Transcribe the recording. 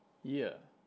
yeah